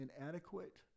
inadequate